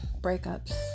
Breakups